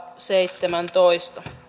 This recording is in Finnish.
seitsemäntoista